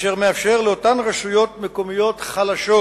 אשר מאפשר לאותן רשויות מקומיות חלשות